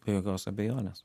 be jokios abejonės